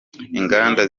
inganda